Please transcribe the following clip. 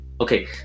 Okay